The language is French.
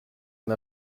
n’a